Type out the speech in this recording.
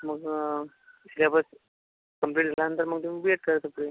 मग syllabus complete झाल्यानंतर मग जाऊन बी एड करा तोपर्यंत